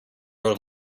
road